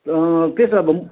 के छ अब